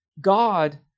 God